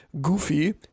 goofy